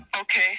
Okay